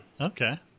Okay